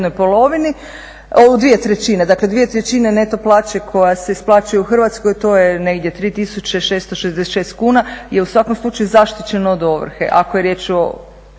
dvije trećine neto plaće koja se isplaćuje u Hrvatskoj to je negdje 3666 kuna, je u svakom slučaju zaštićeno od ovrhe ako je riječ o